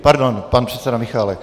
Pardon, pan předseda Michálek.